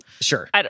sure